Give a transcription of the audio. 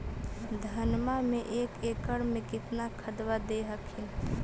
धनमा मे एक एकड़ मे कितना खदबा दे हखिन?